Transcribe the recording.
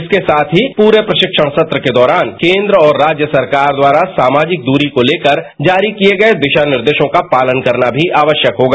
इसके साथ पूरे प्रशिक्षण सत्र के दौरान केन्द्र और राज्य सरकार द्वारा सामाजिक दूरी को लेकर जारी किए गए दिशा निर्देशों का पालन करना भी आवश्यक होगा